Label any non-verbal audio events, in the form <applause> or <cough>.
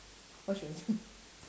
what should we do <laughs>